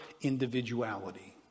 individuality